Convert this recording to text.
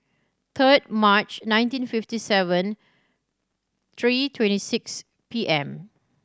third March nineteen fifty seven three twenty six P M